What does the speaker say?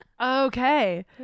Okay